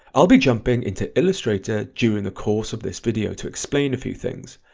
i'll be jumping into illustrator during the course of this video to explain a few things,